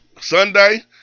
Sunday